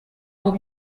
aho